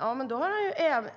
Ja, då har